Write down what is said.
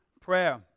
prayer